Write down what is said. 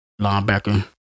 linebacker